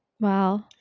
Wow